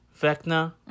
Vecna